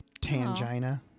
Tangina